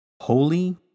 holy